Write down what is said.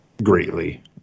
greatly